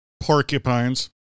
Porcupines